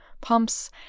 pumps